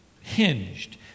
hinged